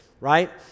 right